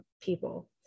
people